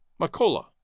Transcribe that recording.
Macola